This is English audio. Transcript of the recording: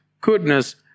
goodness